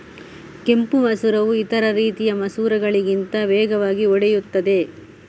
ಕೆಂಪು ಮಸೂರವು ಇತರ ರೀತಿಯ ಮಸೂರಗಳಿಗಿಂತ ವೇಗವಾಗಿ ಒಡೆಯುತ್ತದೆ